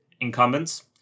incumbents